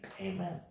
amen